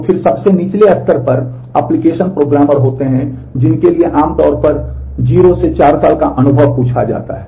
तो फिर सबसे निचले स्तर पर एप्लिकेशन प्रोग्रामर होते हैं जिनके लिए आमतौर पर 0 से 4 साल का अनुभव पूछा जाता है